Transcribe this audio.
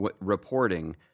reporting